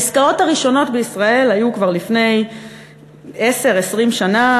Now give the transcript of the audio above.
העסקאות הראשונות בישראל היו כבר לפני 20-10 שנה,